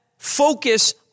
focus